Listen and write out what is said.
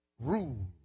Rule